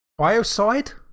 biocide